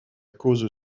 cause